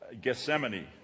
Gethsemane